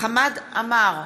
חמד עמאר,